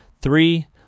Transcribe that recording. Three